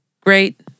great